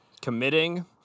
committing